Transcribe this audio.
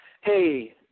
hey